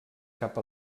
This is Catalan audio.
cap